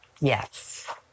Yes